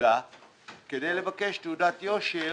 בפקודה כדי לבקש תעודת יושר